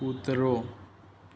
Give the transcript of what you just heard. કૂતરો